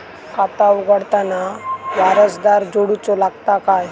खाता उघडताना वारसदार जोडूचो लागता काय?